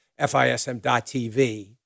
FISM.TV